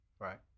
Right